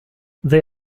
they